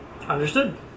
Understood